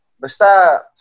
Basta